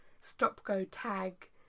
stop-go-tag